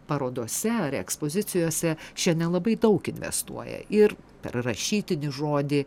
parodose ar ekspozicijose čia nelabai daug investuoja ir per rašytinį žodį